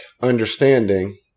understanding